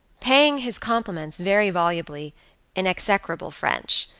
paying his compliments very volubly in execrable french,